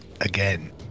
again